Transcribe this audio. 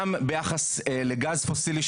וגם ביחס לגז פוסילי,